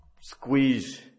squeeze